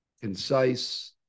concise